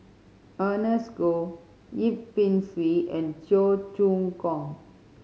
Ernest Goh Yip Pin Xiu and Cheong Choong Kong